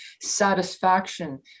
satisfaction